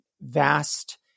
vast